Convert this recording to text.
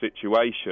situation